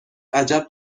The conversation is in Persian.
عجب